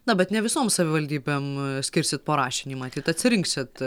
na bet ne visom savivaldybėm skirsit po rašinį matyt atsirinksit